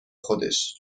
خودش